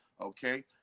Okay